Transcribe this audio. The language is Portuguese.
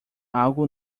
algo